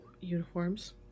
uniforms